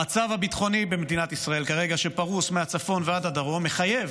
המצב הביטחוני במדינת ישראל כרגע שפרוש מהצפון ועד הדרום מחייב,